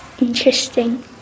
Interesting